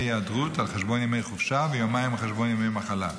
היעדרות על חשבון ימי חופשה ויומיים על חשבון ימי מחלה.